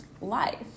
life